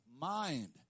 mind